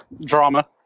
Drama